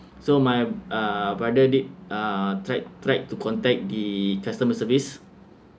so my uh brother did uh tried tried to contact the customer service